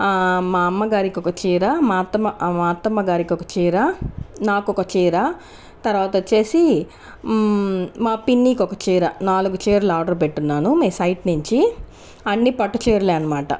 మా అమ్మగారికి ఒక చీర మా అత్తమ్మ మా అత్తమ్మ గారికి ఒక చీర నాకు ఒక చీర తర్వాత వచ్చేసి మా పిన్నికి ఒక చీర నాలుగు చీరలు ఆర్డర్ పెట్టున్నాను మీ సైట్ నుంచి అన్ని పట్టుచీరలే అనమాట